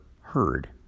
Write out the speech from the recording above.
heard